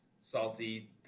salty